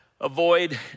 avoid